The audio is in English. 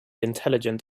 intelligent